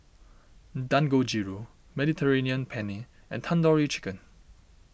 Dangojiru Mediterranean Penne and Tandoori Chicken